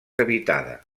habitada